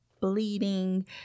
bleeding